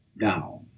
down